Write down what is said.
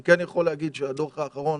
אני יכול להגיד שהדוח האחרון,